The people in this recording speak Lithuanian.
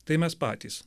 tai mes patys